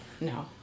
No